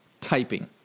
typing